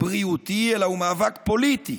בריאותי אלא הוא מאבק פוליטי,